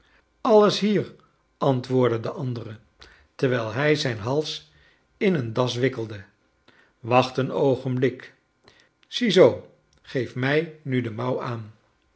hier antwoordde de andere terwijl hij zijn hals in een das wikkel de wacht een oogenblik ziezoo geef rnij nu de mouw aan